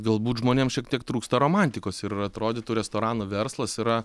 galbūt žmonėm šiek tiek trūksta romantikos ir atrodytų restorano verslas yra